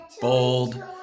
bold